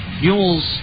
Mules